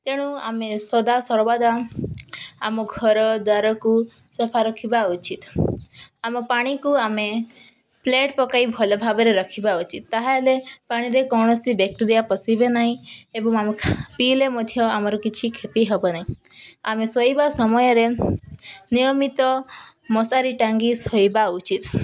ତେଣୁ ଆମେ ସଦାସର୍ବାଦା ଆମ ଘରଦ୍ୱାରକୁ ସଫା ରଖିବା ଉଚିତ୍ ଆମ ପାଣିକୁ ଆମେ ପ୍ଲେଟ୍ ପକାଇ ଭଲ ଭାବରେ ରଖିବା ଉଚିତ୍ ତାହାହେଲେ ପାଣିରେ କୌଣସି ବ୍ୟାକ୍ଟେରିଆ ପଶିବେ ନାହିଁ ଏବଂ ଆମେ ପିଇଲେ ମଧ୍ୟ ଆମର କିଛି କ୍ଷତି ହେବ ନାହିଁ ଆମେ ଶୋଇବା ସମୟରେ ନିୟମିତ ମଶାରୀ ଟାଙ୍ଗି ଶୋଇବା ଉଚିତ୍